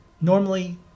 Normally